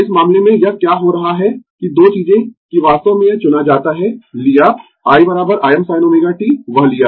इस मामले में यह क्या हो रहा है कि दो चीजें कि वास्तव में यह चुना जाता है लिया i Imsin ω t वह लिया